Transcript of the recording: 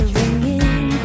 ringing